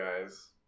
guys